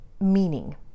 meaning